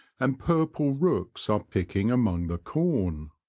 and purple rooks are picking among the corn.